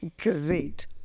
Great